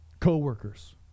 co-workers